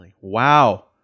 Wow